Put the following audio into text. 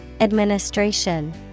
Administration